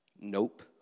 Nope